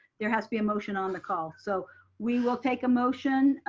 there has to be motion on the call. so we will take a motion.